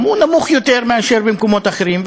הוא נמוך יותר מאשר במקומות אחרים,